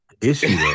issue